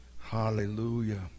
Hallelujah